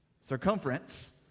Circumference